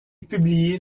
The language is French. publié